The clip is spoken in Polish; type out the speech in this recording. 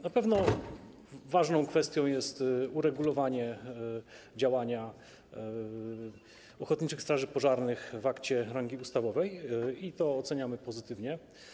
Na pewno ważną kwestią jest uregulowanie działania ochotniczych straży pożarnych w akcie rangi ustawowej i to oceniamy pozytywnie.